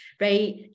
right